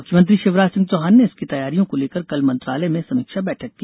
मुख्यमंत्री शिवराज सिंह चौहान ने इसकी तैयारियों को लेकर कल मंत्रालय में समीक्षा बैठक की